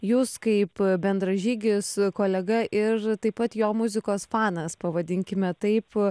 jūs kaip bendražygis kolega ir taip pat jo muzikos fanas pavadinkime taip